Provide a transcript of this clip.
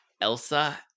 Elsa